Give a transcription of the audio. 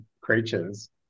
creatures